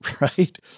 right